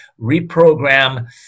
reprogram